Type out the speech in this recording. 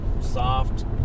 soft